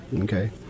Okay